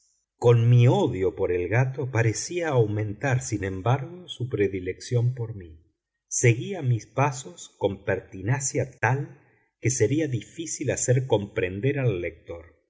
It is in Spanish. con mi odio por el gato parecía aumentar sin embargo su predilección por mí seguía mis pasos con pertinacia tal que sería difícil hacer comprender al lector